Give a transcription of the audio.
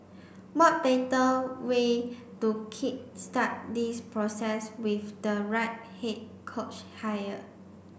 what better way to kick start this process with the right head coach hire